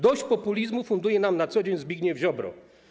Dość populizmu funduje nam na co dzień Zbigniew Ziobro.